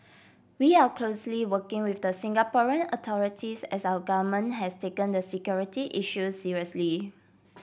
we are closely working with the Singaporean authorities as our government has taken the security issue seriously